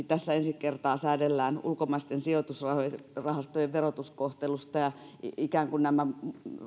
tässä esityksessähän ensi kertaa säädellään ulkomaisten sijoitusrahastojen verotuskohtelusta ja nämä